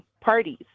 parties